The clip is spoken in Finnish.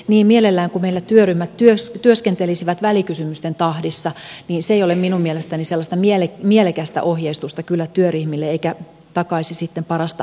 niin mielellään kuin meillä työryhmät työskentelisivät välikysymysten tahdissa niin se ei ole kyllä minun mielestäni sellaista mielekästä ohjeistusta työryhmille eikä takaisi sitten parasta mahdollista tuotosta